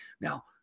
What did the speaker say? Now